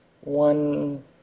one